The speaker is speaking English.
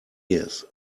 years